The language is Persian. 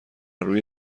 روی